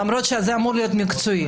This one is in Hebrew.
למרות שזה אמור להיות מקצועי.